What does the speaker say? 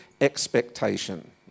Expectation